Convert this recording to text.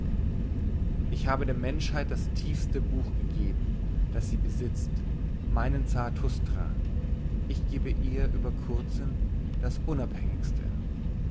ich habe der menschheit das tiefste buch gegeben das sie besitzt meinen zarathustra ich gebe ihr über kurzem das unabhängigste